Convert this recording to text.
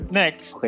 next